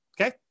Okay